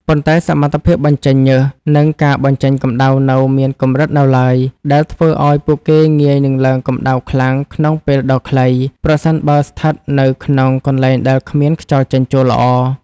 ប៉ុន្តែសមត្ថភាពបញ្ចេញញើស និងការបញ្ចេញកម្ដៅនៅមានកម្រិតនៅឡើយ ដែលធ្វើឱ្យពួកគេងាយនឹងឡើងកម្ដៅខ្លាំងក្នុងពេលដ៏ខ្លី ប្រសិនបើស្ថិតនៅក្នុងកន្លែងដែលគ្មានខ្យល់ចេញចូលល្អ។